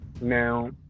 Now